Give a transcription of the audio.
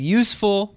useful